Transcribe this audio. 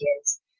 kids